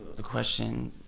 the question,